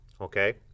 Okay